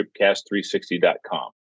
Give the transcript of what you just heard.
TripCast360.com